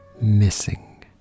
missing